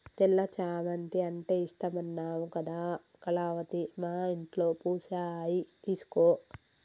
తెల్ల చామంతి అంటే ఇష్టమన్నావు కదా కళావతి మా ఇంట్లో పూసాయి తీసుకో